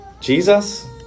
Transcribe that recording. Jesus